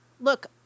look